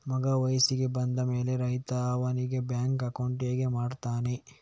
ಮಗ ವಯಸ್ಸಿಗೆ ಬಂದ ಮೇಲೆ ರೈತ ಅವನಿಗೆ ಬ್ಯಾಂಕ್ ಅಕೌಂಟ್ ಹೇಗೆ ಮಾಡ್ತಾನೆ?